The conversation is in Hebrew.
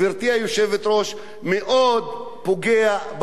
מאוד פוגע באוכלוסייה בישראל.